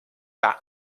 par